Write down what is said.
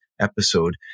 episode